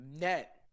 net